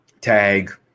tag